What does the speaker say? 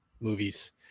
movies